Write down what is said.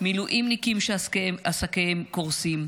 מילואימניקים שעסקיהם קורסים,